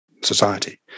society